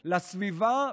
לסביבה,